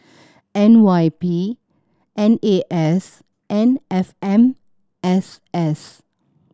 N Y P N A S and F M S S